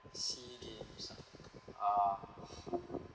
SEA games ah uh